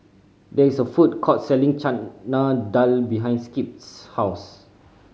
there is a food court selling Chana Dal behind Skip's house